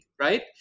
right